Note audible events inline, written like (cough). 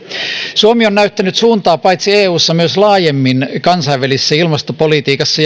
suomi on näyttänyt suuntaa paitsi eussa myös laajemmin kansainvälisessä ilmastopolitiikassa (unintelligible)